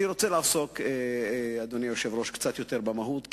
אני רוצה לעסוק קצת יותר במהות,